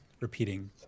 repeating